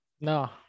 No